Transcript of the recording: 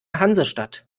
hansestadt